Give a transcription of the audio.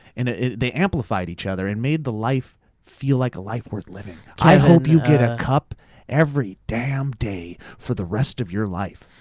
and ah they amplified each other and made the life feel like a life worth living. i hope you get a cup every damn day for the rest of your life.